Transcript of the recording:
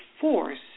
force